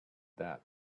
that